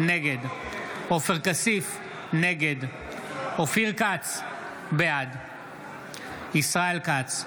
נגד עופר כסיף, נגד אופיר כץ, בעד ישראל כץ,